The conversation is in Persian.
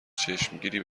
چشمگیری